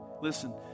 Listen